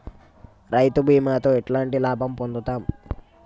రైతు బీమాతో ఎట్లాంటి లాభం పొందుతం?